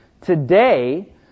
Today